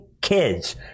kids